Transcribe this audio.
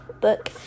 book